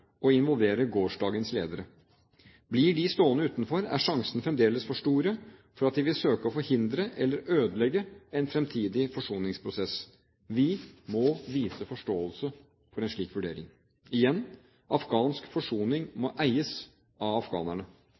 å involvere gårsdagens ledere. Blir de stående utenfor, er sjansene fremdeles for store til at de vil søke å forhindre eller ødelegge en fremtidig forsoningsprosess. Vi må vise forståelse for en slik vurdering. Igjen: Afghansk forsoning må eies av afghanerne.